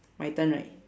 my turn right